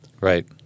Right